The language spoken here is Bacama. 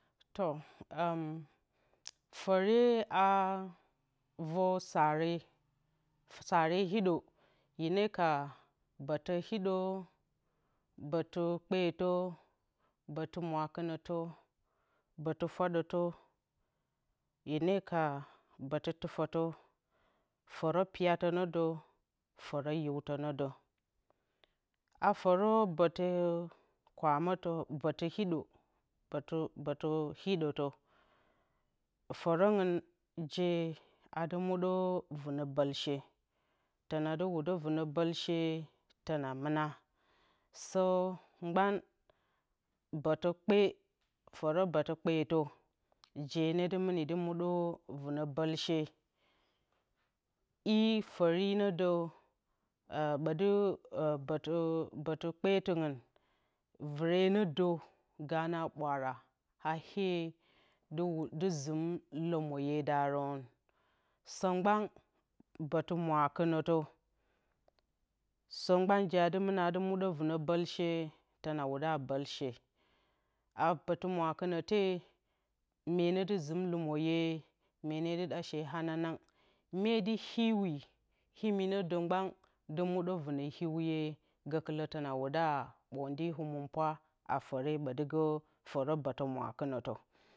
To fǝre a vǝr saare saare hidǝ hinǝ ka bǝtǝ hiɗǝ bǝtǝ kpeetǝ bǝtɨ mwakɨnǝtǝ bǝtɨ fwadǝtǝ hina ka bǝtɨ tufǝtǝ fǝrǝ piyatǝ nɨ dǝ fǝrǝ hiutǝ nǝ dǝ, a fǝrǝ bǝtɨ kwamǝtǝ bǝtɨ hiɗɔtǝ fǝrǝngɨn ji adɨ mudǝ vɨnǝ bǝlshe tɨna du vɨnǝ bǝlshe tina mɨna sǝ mgban ɓutɨ kpe fǝrǝ bǝtí kpeetǝ, ji ne dɨ muni dɨ minǝ vɨnǝ bǝ́lshe e fǝri nedú bǝti bǝtɨ bǝtɨ kpeetɨngɨn vɨri nǝdǝ ganǝ a bwaara a ee di zɨm lǝmǝyedarǝn dǝsǝ mgabn bǝtɨ mwakɨnǝtǝ sǝ mgban ji dɨ mɨna mudǝ vɨnǝ bǝlshe tɨna wuda bǝlshe a bǝtɨ mwakɨye menǝ dli zɨm lumǝye myene dɨm ɗa hee hananang. hyedɨ hiuwi imi nǝ mgban dɨ muɗu vɨnǝ hiuhye gǝkɨlǝ tɨna wuda bǝrndi hɨmɨnpwa a fǝre ɓuti bǝutɨ mwakɨnǝtǝ